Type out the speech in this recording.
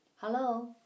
Hello